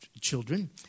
children